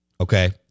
okay